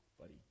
buddy